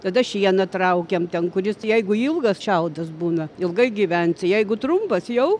tada šieną traukiam ten kuris jeigu ilgas šiaudas būna ilgai gyvensi jeigu trumpas jau